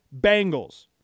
Bengals